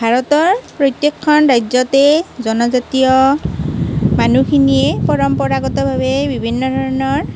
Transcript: ভাৰতৰ প্ৰত্যেকখন ৰাজ্যতে জনজাতীয় মানুহখিনিয়ে পৰম্পৰাগতভাৱে বিভিন্ন ধৰণৰ